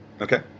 Okay